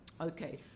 Okay